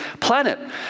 planet